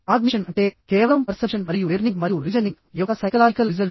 cognition అంటే కేవలం perception మరియు లెర్నింగ్ మరియు రీజనింగ్ యొక్క సైకలాజికల్ రిజల్ట్